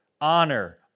honor